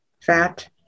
Fat